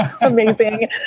amazing